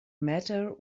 matter